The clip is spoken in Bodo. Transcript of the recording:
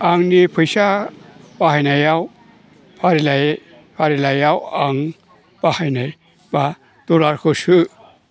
आंनि फैसा बाहायनाय फारिलाइआव आं बाहायनाय बा डलारखौ सो